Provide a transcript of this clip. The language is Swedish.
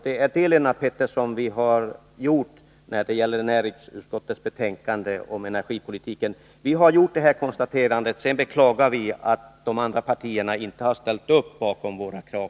Det är det vi har gjort i näringsutskottets betänkande om energipolitiken. Vi har gjort detta konstaterande, och vi beklagar att de andra partierna inte ställt sig bakom våra krav.